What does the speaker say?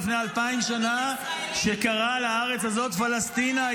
שקרא לארץ הזאת פלסטינה,